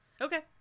Okay